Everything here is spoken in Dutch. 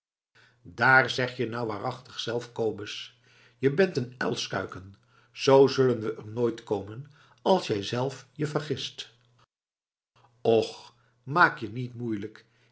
daar zeg je nou waarachtig zelf kobus je bent n uilskuiken zoo zullen we er nooit komen als jij zelf je vergist och maak je niet moeielijk